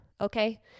okay